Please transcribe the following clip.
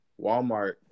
Walmart